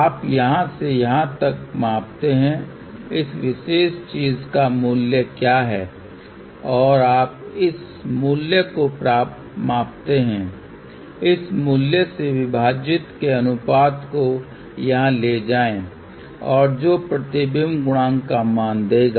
आप यहां से यहां तक मापते हैं इस विशेष चीज का मूल्य क्या है और आप इस मूल्य को मापते हैं इस मूल्य से विभाजित के अनुपात को यहां ले जाएं और जो प्रतिबिंब गुणांक का मान देगा